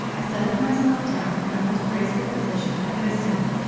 i settled myself down in the most graceful position i could assume,